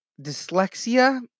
dyslexia